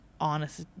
honest